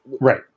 right